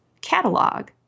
catalog